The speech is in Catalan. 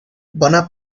bona